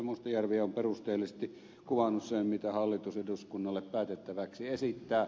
mustajärvi ovat perusteellisesti kuvanneet sen mitä hallitus eduskunnalle päätettäväksi esittää